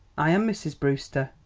i am mrs. brewster.